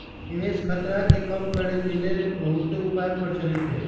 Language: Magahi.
निवेश खतरा के कम करेके के लेल बहुते उपाय प्रचलित हइ